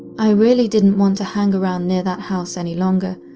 i really didn't want to hang around near that house any longer,